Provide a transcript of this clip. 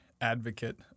advocate